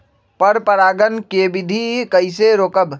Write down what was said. पर परागण केबिधी कईसे रोकब?